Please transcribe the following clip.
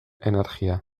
energia